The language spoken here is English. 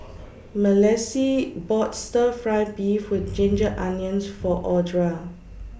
Malissie bought Stir Fry Beef with Ginger Onions For Audra